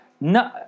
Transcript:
No